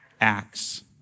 acts